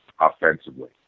offensively